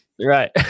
right